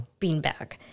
beanbag